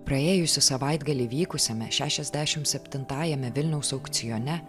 praėjusią savaitgalį vykusiame šešiasdešimt septintajame vilniaus aukcione